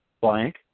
blank